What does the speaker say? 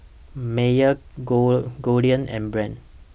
Mayer Gold Goldlion and Brand's